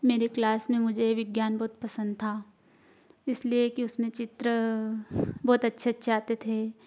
मेरे क्लास में मुझे विज्ञान बहुत पसंद था इसलिए कि उसमें चित्र बहुत अच्छे अच्छे आते थे